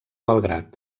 belgrad